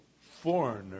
foreigner